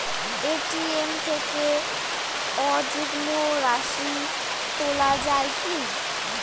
ATM থেকে অযুগ্ম রাশি তোলা য়ায় কি?